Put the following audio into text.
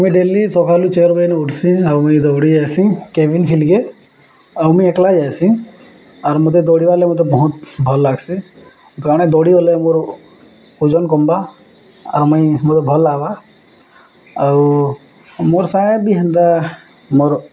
ମୁଇଁ ଡେଲି ସକାଳୁ ଚେୟର ବାଇନ୍ ଉଠ୍ସି ଆଉ ମୁଇଁ ଦୌଡ଼ି ଯଏସି କ କ୍ୟାବିନ ଫଲିକେ ଆଉ ମୁଇଁ ଏକଳା ଯାଇଏସି ଆର୍ ମତେ ଦୌଡ଼ିବଲେେ ମତେ ବହୁତ ଭଲ୍ ଲାଗ୍ସିଣେ ଦୌଡ଼ିଗଲେ ମୋର ଓଜନ କମ୍ବା ଆର୍ ମୁଇଁ ମତେ ଭଲ୍ ଲବା ଆଉ ମୋର ସାଙ୍ଗେ ବି ହେନ୍ତା ମୋର